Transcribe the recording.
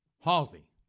Halsey